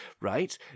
right